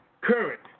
current